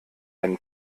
einen